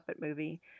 movie